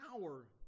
power